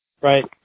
right